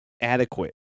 adequate